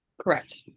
correct